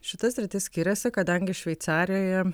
šita sritis skiriasi kadangi šveicarijoje